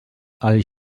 els